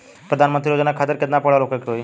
प्रधानमंत्री योजना खातिर केतना पढ़ल होखे के होई?